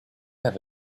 have